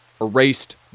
erased